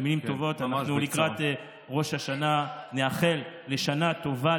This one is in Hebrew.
במילים טובות: לקראת ראש השנה נאחל שנה טובה,